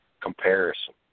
comparison